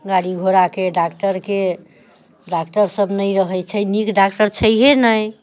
गाड़ी घोड़ाके डॉक्टरके डॉक्टर सब नहि रहै छै नीक नीक डॉक्टर छैहे नहि